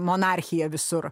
monarchija visur